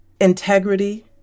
integrity